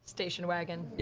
station wagon. yeah